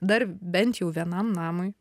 dar bent jau vienam namui